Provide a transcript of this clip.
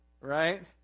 Right